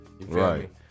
right